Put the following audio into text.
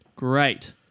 Great